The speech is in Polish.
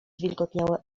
zwilgotniałe